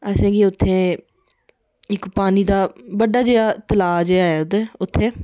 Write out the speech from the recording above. असें गी उत्थै इक पानी दा बडा जेहा तलाब जेहा ऐ उत्थै